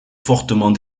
fortement